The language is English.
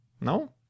No